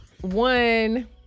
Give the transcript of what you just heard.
one